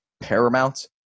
paramount